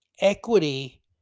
equity